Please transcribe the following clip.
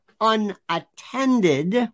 unattended